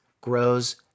grows